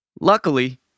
Luckily